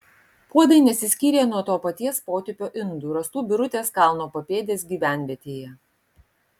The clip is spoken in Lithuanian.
puodai nesiskyrė nuo to paties potipio indų rastų birutės kalno papėdės gyvenvietėje